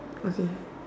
okay